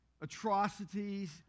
atrocities